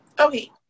Okay